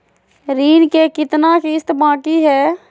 ऋण के कितना किस्त बाकी है?